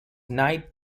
knight